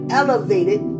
elevated